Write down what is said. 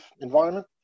environment